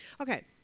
okay